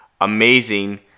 amazing